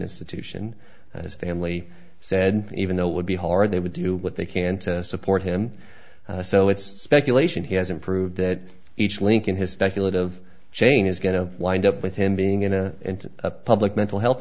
institution as family said even though it would be hard they would do what they can to support him so it's speculation he has improved that each link in his speculative chain is going to wind up with him being in a public mental health